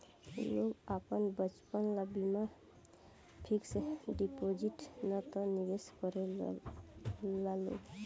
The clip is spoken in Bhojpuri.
लोग आपन बचत ला बीमा फिक्स डिपाजिट ना त निवेश करेला लोग